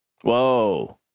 Whoa